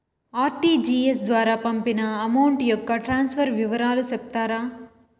RTGS ద్వారా పంపిన amount యొక్క ట్రాన్స్ఫర్ వివరాలు సెప్తారా